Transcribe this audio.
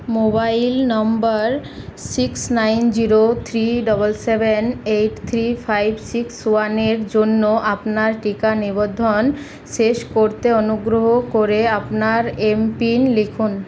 mobile number six nine zero three seven seven eight three five six one এর জন্য আপনার টিকা নিবন্ধন শেষ করতে অনুগ্রহ করে আপনার এমপিন লিখুন